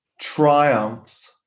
triumphs